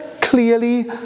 clearly